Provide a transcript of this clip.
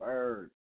Bird